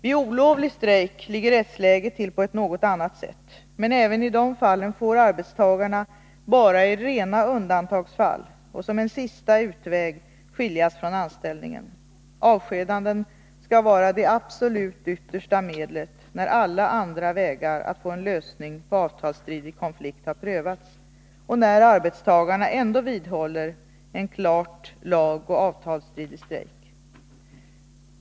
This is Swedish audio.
Vid olovlig strejk ligger rättsläget till på ett något annat sätt. Men även i de fallen får arbetstagarna bara i rena undantagsfall och som en sista utväg skiljas från anställningen. Avskedande skall vara det absolut yttersta medlet, när alla andra vägar att få en lösning på en avtalsstridig konflikt har prövats och när arbetstagarna ändå vidhåller en klart lagoch avtalsstridig strejk.